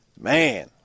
Man